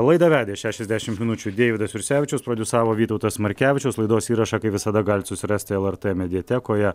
laidą vedė šešiasdešimt minučių deividas jursevičius prodiusavo vytautas markevičius laidos įrašą kaip visada galit susirasti lrt mediatekoje